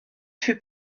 fut